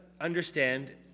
understand